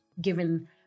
given